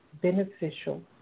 beneficial